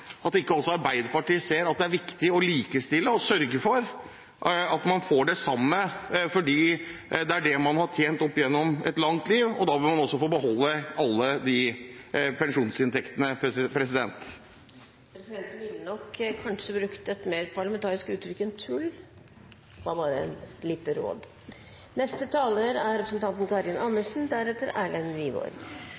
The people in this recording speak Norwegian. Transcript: at ikke også Arbeiderpartiet ser at det er viktig å likestille og sørge for at man får det samme. Det er jo det man har tjent opp gjennom et langt liv, og da bør man også få beholde alle de pensjonsinntektene. Presidenten ville nok kanskje brukt et mer parlamentarisk uttrykk enn «tull». Det var bare et lite råd.